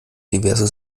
diverse